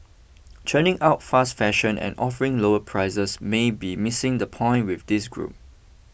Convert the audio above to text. churning out fast fashion and offering lower prices may be missing the point with this group